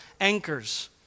anchors